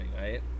right